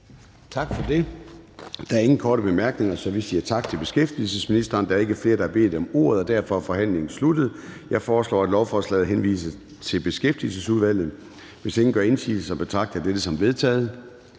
Gade): Der er ingen korte bemærkninger, så vi siger tak til beskæftigelsesministeren. Der er ikke flere, der har bedt om ordet, og derfor er forhandlingen sluttet. Jeg foreslår, at lovforslaget henvises til Beskæftigelsesudvalget. Hvis ingen gør indsigelse, betragter jeg dette som vedtaget.